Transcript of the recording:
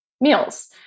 meals